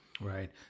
Right